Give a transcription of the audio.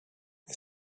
les